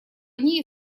ней